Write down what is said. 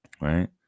right